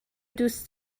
دوست